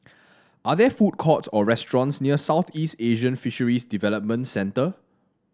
are there food courts or restaurants near Southeast Asian Fisheries Development Centre